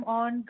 on